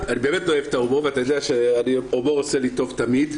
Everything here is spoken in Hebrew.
אני באמת אוהב את ההומור ואתה יודע שהומור עושה לי טוב תמיד,